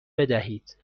بدهید